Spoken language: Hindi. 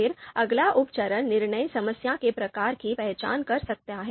फिर अगला उप चरण निर्णय समस्या के प्रकार की पहचान कर सकता है